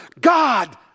God